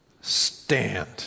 Stand